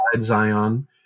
Zion